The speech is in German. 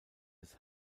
des